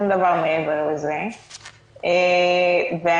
קארין, אני